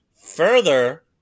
further